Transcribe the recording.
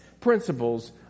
principles